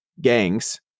gangs